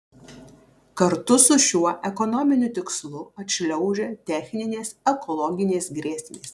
kartu su šiuo ekonominiu tikslu atšliaužia techninės ekologinės grėsmės